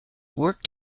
work